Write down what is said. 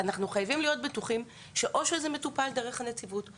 אנחנו חייבים להיות בטוחים או שזה מטופל דרך הנציבות;